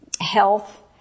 health